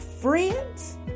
friends